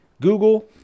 Google